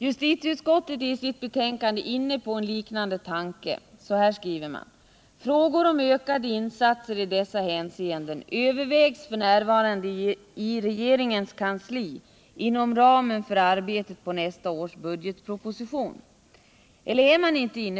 Justitieutskottet är i sitt betänkande inne på en liknande tanke och skriver så här: ”Frågor om ökade insatser i dessa hänseenden övervägs Nr 55 f.n. i regeringens kansli inom ramen för arbetet på nästa års budget Fredagen den proposition.” Eller är man inte det?